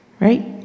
Right